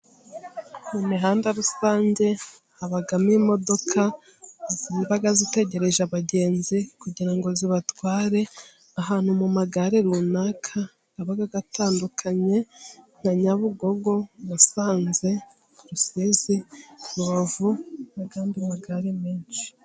Mu mihanda rusange habamo imodoka ziba zitegereje abagenzi, kugira ngo zibatware ahantu mu magare runaka aba atandukanye nka Nyabugogo, Musanze, Rusizi , Rubavu n'andi magare menshi.